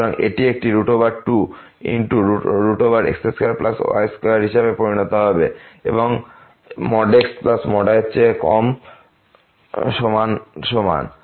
সুতরাং এটি একটি 2x2y2 হিসাবে পরিণত হবে এবং xyএর চেয়ে কম সমান সমান